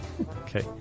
Okay